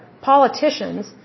politicians